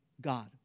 God